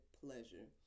pleasure